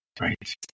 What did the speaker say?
Right